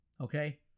Okay